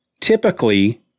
Typically